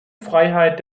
freiheit